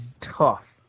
tough